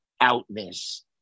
outness